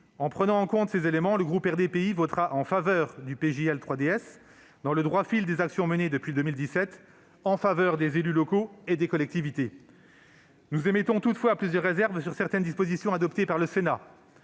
en prenant en compte ces éléments, le groupe RDPI votera en faveur du projet de loi 3DS, dans le droit fil des actions menées depuis 2017 en faveur des élus locaux et des collectivités. Nous émettons toutefois plusieurs réserves sur certaines dispositions adoptées par le Sénat.